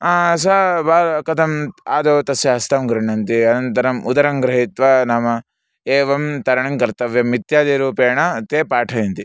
स बा कथम् आदौ तस्य हस्तं गृह्णन्ति अनन्तरम् उदरं गृहीत्वा नाम एवं तरणं कर्तव्यम् इत्यादिरूपेण ते पाठयन्ति